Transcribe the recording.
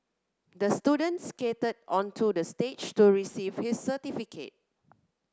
the student skated onto the stage to receive his certificate